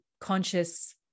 conscious